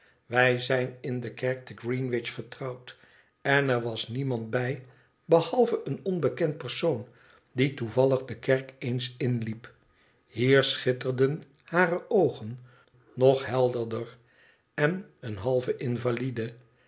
wij zijn in de kerk te greenwich getrouwd en er was niemand bij behalve een onbekend persoon die toevallig de kerk eens inliep hier schitterden hare oogen nog helderder len een halve invalide